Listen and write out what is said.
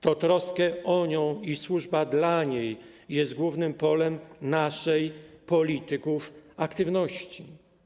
To troska o nią i służba dla niej jest głównym polem naszej, polityków, aktywności.